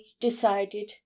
decided